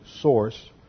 source